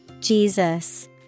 Jesus